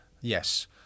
Yes